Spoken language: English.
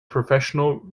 professional